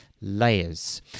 layers